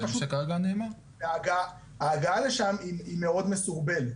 פשוט ההגעה לשם היא מאוד מסורבלת.